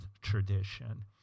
tradition